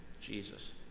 Jesus